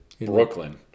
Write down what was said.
Brooklyn